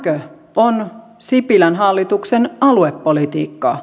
tämäkö on sipilän hallituksen aluepolitiikkaa